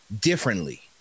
differently